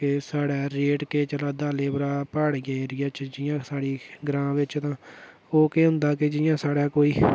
के साढ़े रेट केह् चला दा लेबर दा प्हाड़ी एरिये च जि'यां साढ़े ग्रांऽ बिच तां ओह् केह् होंदा की जि'यां साढ़े कोई